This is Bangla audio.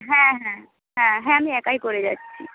হ্যাঁ হ্যাঁ হ্যাঁ হ্যাঁ আমি একাই করে যাচ্ছি